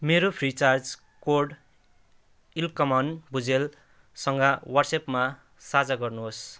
मेरो FreeCharge code Ilakaman भुजेलसँग ह्वाट्सएपमा साझा गर्नुहोस्